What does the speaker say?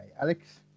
Alex